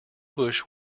bush